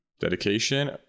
dedication